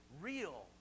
real